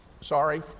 sorry